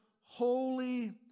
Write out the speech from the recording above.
holy